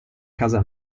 casa